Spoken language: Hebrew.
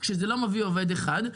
כשזה לא מביא עובד אחד.